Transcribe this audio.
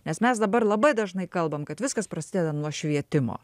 nes mes dabar labai dažnai kalbam kad viskas prasideda nuo švietimo